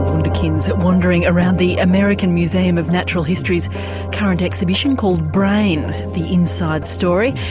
wunderkinds wandering around the american museum of natural history's current exhibition called brain the inside story.